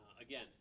again